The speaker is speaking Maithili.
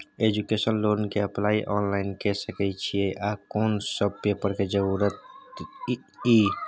एजुकेशन लोन के अप्लाई ऑनलाइन के सके छिए आ कोन सब पेपर के जरूरत इ?